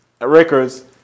records